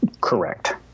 Correct